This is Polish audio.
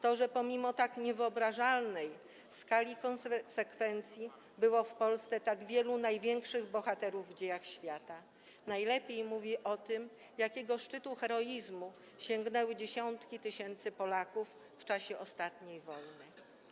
To, że pomimo tak niewyobrażalnej skali konsekwencji było w Polsce tak wielu największych bohaterów w dziejach świata, najlepiej mówi o tym, jakiego szczytu heroizmu sięgnęły dziesiątki tysięcy Polaków w czasie ostatniej wojny.